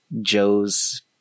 Joe's